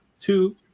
two